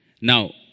Now